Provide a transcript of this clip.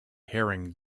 herring